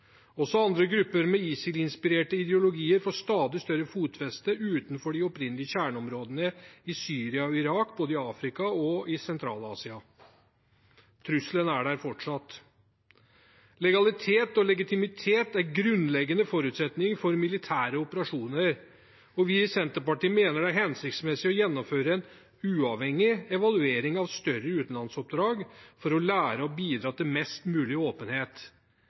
Også andre grupper med ISIL-inspirerte ideologier får stadig større fotfeste utenfor de opprinnelige kjerneområdene i Syria og Irak, både i Afrika og i Sentral-Asia. Trusselen er der fortsatt. Legalitet og legitimitet er grunnleggende forutsetninger for militære operasjoner, og vi i Senterpartiet mener det er hensiktsmessig å gjennomføre en uavhengig evaluering av større utenlandsoppdrag for å lære og bidra til mest mulig åpenhet.